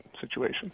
situation